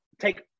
take